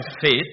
faith